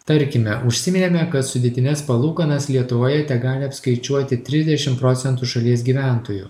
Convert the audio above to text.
tarkime užsiminėme kad sudėtines palūkanas lietuvoje tegali apskaičiuoti trisdešim procentų šalies gyventojų